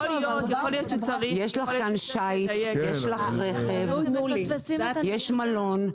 יש לך כאן שיט, יש לך רכב, יש מלון.